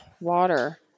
water